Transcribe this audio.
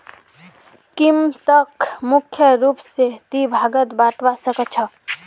कीमतक मुख्य रूप स दी भागत बटवा स ख छ